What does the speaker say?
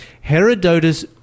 Herodotus